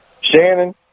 Shannon